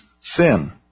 sin